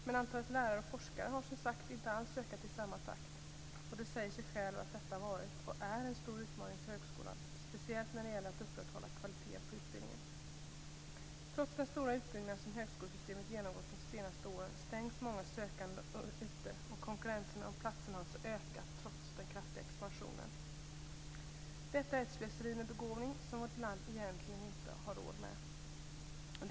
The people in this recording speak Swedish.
Men antalet lärare och forskare har, som sagt, inte alls ökat i samma takt. Det säger sig självt att detta varit och är en stor utmaning för högskolan, speciellt när det gäller att upprätthålla kvaliteten på utbildningen. Trots den stora utbyggnad som högskolesystemet genomgått de senaste åren stängs många sökande ute. Konkurrensen om platserna har alltså ökat trots den kraftiga expansionen. Detta är ett slöseri med begåvning som vårt land egentligen inte har råd med.